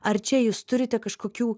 ar čia jūs turite kažkokių